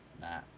Nah